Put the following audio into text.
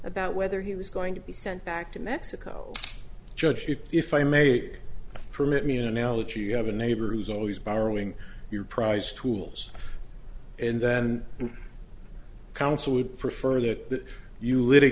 about whether he was going to be sent back to mexico judgeship if i may permit me an analogy you have a neighbor who's always borrowing your prized tools and then counsel would prefer that you